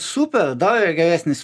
super dar yra geresnis